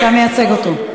אתה מייצג אותו.